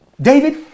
David